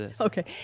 okay